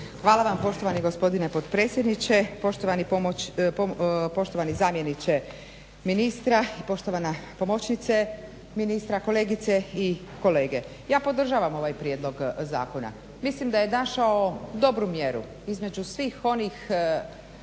Hvala vam poštovani gospodine potpredsjedniče, poštovani zamjeniče ministra i poštovana pomoćnice ministra, kolegice i kolege. Ja podržavam ovaj prijedlog zakona. Mislim da je našao dobru mjeru između svih onih